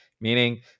Meaning